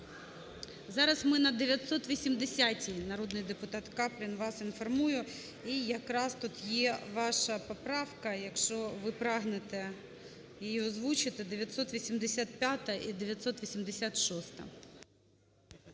Зараз ми на 980-й, народний депутат Каплін, вас інформую. І якраз тут є ваша поправка, якщо ви прагнете її озвучити 985-а і 986-а.